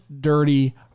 dirty